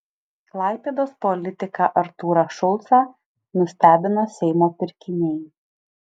klaipėdos politiką artūrą šulcą nustebino seimo pirkiniai